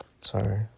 Sorry